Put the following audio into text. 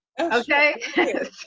Okay